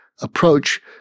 Approach